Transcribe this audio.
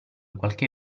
qualche